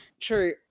true